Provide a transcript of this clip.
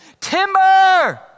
Timber